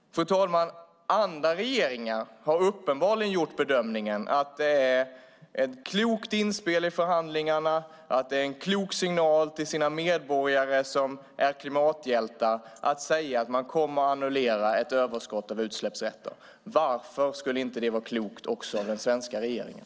Fru talman! Andra regeringar har uppenbarligen gjort bedömningen att det är ett klokt inspel i förhandlingarna och en klok signal till medborgarna som är klimathjältar att säga att man kommer att annullera ett överskott av utsläppsrätter. Varför skulle inte det vara klokt också av den svenska regeringen?